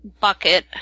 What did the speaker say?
bucket